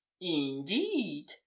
Indeed